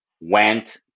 went